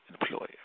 employer